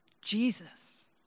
Jesus